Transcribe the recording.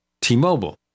T-Mobile